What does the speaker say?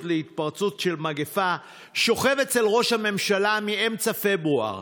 להתפרצות של מגפה שוכב אצל ראש הממשלה מאמצע פברואר,